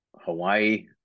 hawaii